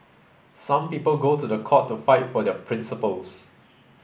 some people go to the court to fight for their principles